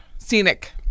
Scenic